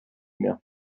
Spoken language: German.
mir